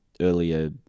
earlier